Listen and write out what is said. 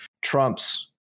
Trump's